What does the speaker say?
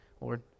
Lord